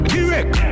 Direct